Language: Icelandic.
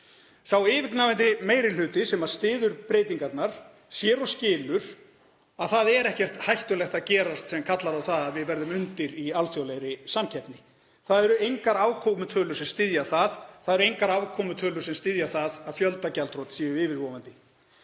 Sá yfirgnæfandi meiri hluti sem styður breytingarnar sér og skilur að það er ekkert hættulegt að gerast sem kallar á það að við verðum undir í alþjóðlegri samkeppni. Það eru engar afkomutölur sem styðja það. Það eru engar afkomutölur